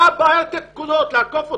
מה הבעיה לתת פקודות ולאכוף אותן?